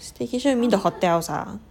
staycation you mean the hotels ah